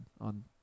on